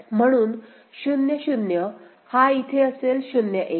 म्हणून 0 0 हा इथे असेल 0 1